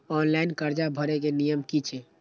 Online कर्जा भरे के नियम की छे?